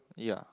ya